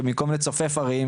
ובמקום לצופף ערים,